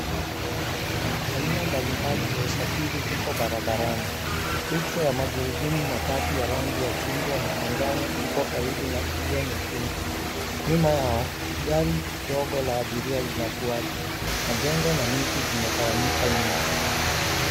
Aina mbalimbali za usafiri zipo barabarani. Ritra ya magurudumu matatu ya rangi ya chungwa na manjano iko karibu na iliyo nyekundu. Nyuma yao gari dogo la abiria linafuata. Majengo na miti zimetawanyika nyuma.